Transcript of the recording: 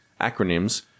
acronyms